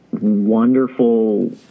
wonderful